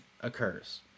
occurs